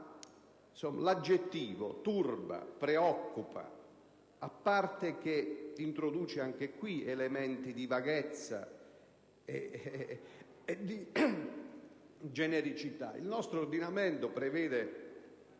L'aggettivo turba, preoccupa, a parte il fatto che introduce anche in questo caso elementi di vaghezza e di genericità. Il nostro ordinamento prevede